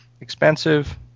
expensive